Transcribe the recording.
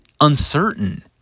uncertain